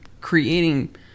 creating